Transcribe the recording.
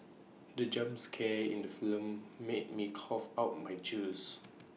the jump scare in the film made me cough out my juice